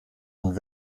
und